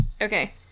Okay